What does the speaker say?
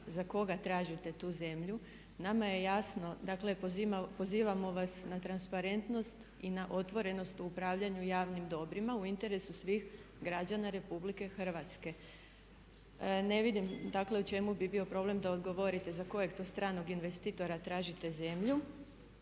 za koga tražite tu zemlju. Nama je jasno, dakle pozivamo vas na transparentnost i na otvorenost u upravljanju javnim dobrima u interesu svih građana RH. Ne vidim dakle u čemu bi bio problem da odgovorite za kojeg to stranog investitora tražite zemlju